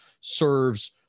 serves